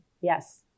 yes